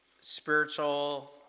spiritual